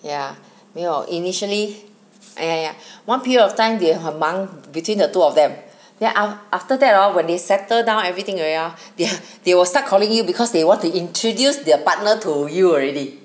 yeah 没有 initially ah ya ya one period of time they 很忙 between the two of them then a~ after that hor when they settle down everything already hor they they will start calling you because they want to introduce their partner to you already